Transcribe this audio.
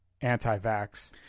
anti-vax